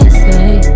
say